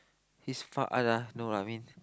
his far uh life no lah I mean